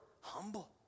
humble